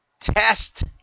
Test